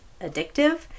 addictive